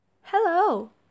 Hello